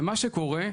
ומה שקורה,